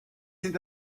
sind